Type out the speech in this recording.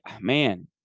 man